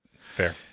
Fair